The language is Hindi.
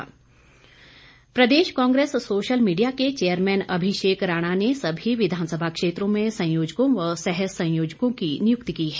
नियुक्ति प्रदेश कांग्रेस सोशल मीडिया के चेयरमैन अभिषेक राणा ने सभी विधानसभा क्षेत्रों में संयोजकों व सह संयोजकों की नियुक्ति की है